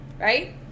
right